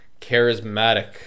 charismatic